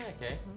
Okay